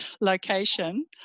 location